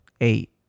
eight